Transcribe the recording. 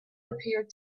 appeared